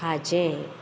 खाजें